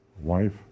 wife